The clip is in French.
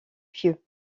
pieux